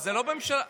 לא אמרתי מספרים.